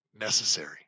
necessary